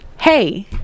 hey